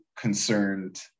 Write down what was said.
Concerned